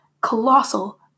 colossal